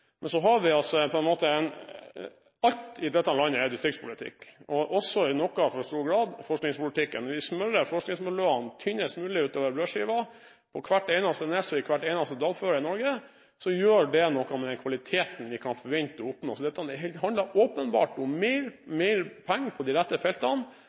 Men vi smører forskningsmiljøene tynnest mulig utover brødskiva, og på hvert eneste nes og i hvert eneste dalføre i Norge – det gjør noe med den kvaliteten vi kan forvente å oppnå. Så dette handler åpenbart om mer penger på de rette feltene,